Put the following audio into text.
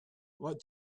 what